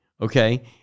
Okay